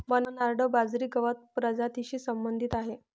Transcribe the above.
Bernard बाजरी गवत प्रजातीशी संबंधित आहे